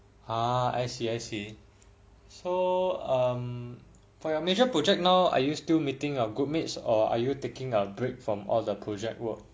ah I see I see so um for your major project now are you still meeting your group mates or are you taking a break from all the project work